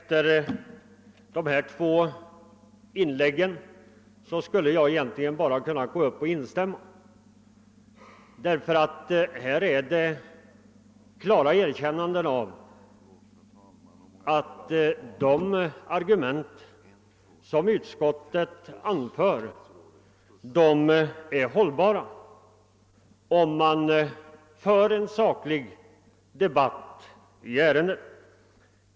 Herr talman! Jag skulle egentligen kunna nöja mig med att instämma i vad som sagts i de två senaste replikerna; de innebär klara erkännanden av att de argument som utskottet anför är hållbara om man för en saklig debatt i ärendet.